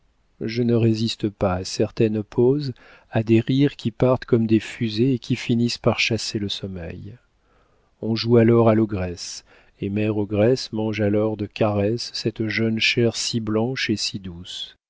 je ne résiste pas à certaines poses à des rires qui partent comme des fusées et qui finissent par chasser le sommeil on joue alors à l'ogresse et mère ogresse mange alors de caresses cette jeune chair si blanche et si douce